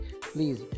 please